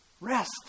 Rest